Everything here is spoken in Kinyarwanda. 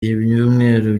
ibyumweru